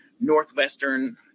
Northwestern